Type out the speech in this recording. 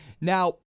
now